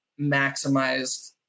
maximized